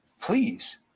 Please